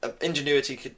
ingenuity